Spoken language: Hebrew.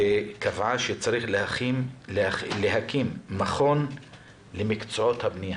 שקבעה שצריך להקים מכון למקצועות הבנייה,